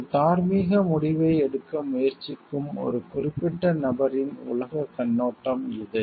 ஒரு தார்மீக முடிவை எடுக்க முயற்சிக்கும் ஒரு குறிப்பிட்ட நபரின் உலகக் கண்ணோட்டம் இது